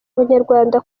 abanyarwanda